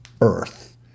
earth